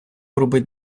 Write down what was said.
робить